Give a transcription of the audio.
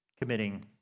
committing